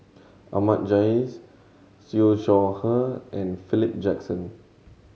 Ahmad Jais Siew Shaw Her and Philip Jackson